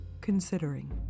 considering